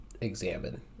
examine